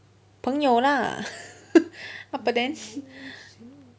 朋友啦 abuden